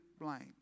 blank